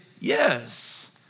yes